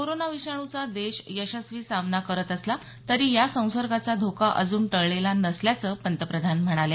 corona विषाणुचा देश यशस्वी सामना करत असला तरी या संसर्गाचा धोका अजून टळलेला नसल्याचं पंतप्रधान म्हणाले